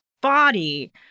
body